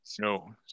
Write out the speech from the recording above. No